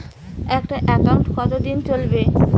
একটা একাউন্ট কতদিন চলিবে?